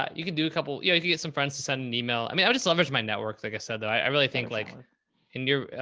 that. you can do a couple. yeah. if you get some friends to send an email, i mean, i just leverage my network. like i said, that i really think like in your,